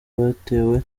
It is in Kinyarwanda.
batewe